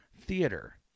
Theater